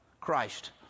Christ